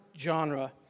genre